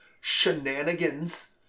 shenanigans